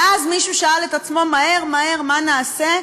ואז מישהו שאל את עצמו: מהר מהר, מה נעשה?